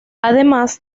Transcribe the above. además